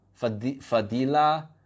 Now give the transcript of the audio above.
Fadila